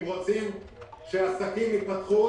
אם רוצים שהעסקים ייפתחו,